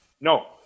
No